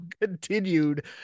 continued